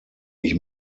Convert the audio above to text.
ich